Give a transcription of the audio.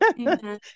Amen